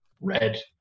red